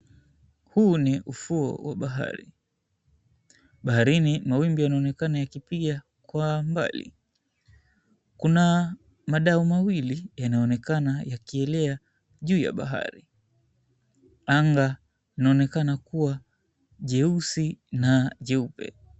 Huu ni ufuo wa bahari. Baharini mawimbi yanaonekana yakipiga kwa mbali. Kuna madau mawili yanayoonekana yakielea juu ya bahari. Anga inaonekana kuwa jeusi na jeupe.